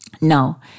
No